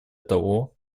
того